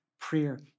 prayer